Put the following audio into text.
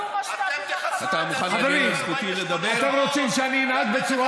אתם, אתה מוכן להגן על זכותי לדבר?